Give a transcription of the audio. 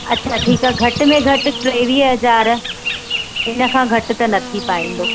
अच्छा ठीकु आहे घटि में घटि टेवीह हज़ार हिन खां घटि त न थी पाईंदो